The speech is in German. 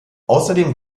außerdem